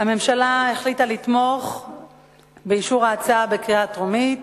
הממשלה החליטה לתמוך באישור ההצעה בקריאה טרומית,